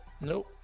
Nope